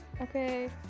Okay